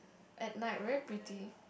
at night very pretty